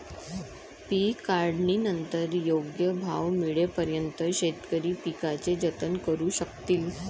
पीक काढणीनंतर योग्य भाव मिळेपर्यंत शेतकरी पिकाचे जतन करू शकतील